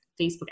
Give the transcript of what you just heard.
Facebook